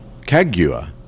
Kaguya